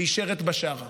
ואישר את בשארה